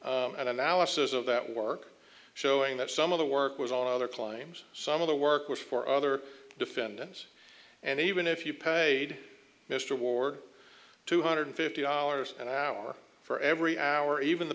d an analysis of that work showing that some of the work was all other climbs some of the work was for other defendants and even if you paid mr ward two hundred fifty dollars an hour for every hour even the